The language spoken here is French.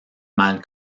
mal